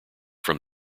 from